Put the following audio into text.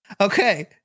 Okay